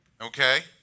Okay